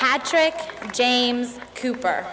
patrick james cooper